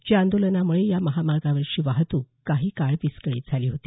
या आंदोलनामुळे या महामार्गावरची वाहतूक काही काळ विस्कळीत झाली होती